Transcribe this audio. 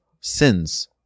sins